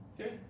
Okay